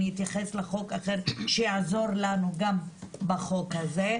אני אתייחס לחוק אחר שיעזור לנו גם בחוק הזה,